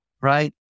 right